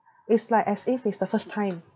it's like as if he's the first time